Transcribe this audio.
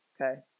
Okay